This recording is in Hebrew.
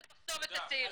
אתה תחסום את הצעירים.